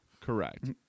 Correct